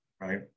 right